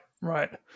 right